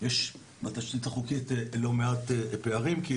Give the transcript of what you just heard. יש בתשתית החוקית לא מעט פערים,